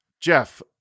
Jeff